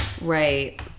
right